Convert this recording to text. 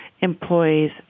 employees